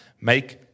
make